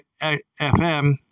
FM